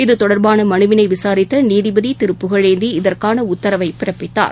இதுதொடர்பானமனுவினைவிசாரித்தநீதிபதிதிரு Pugazhendhi இதற்கானஉத்தரவைபிறப்பித்தார்